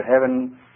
heaven